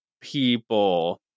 people